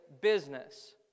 business